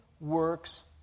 works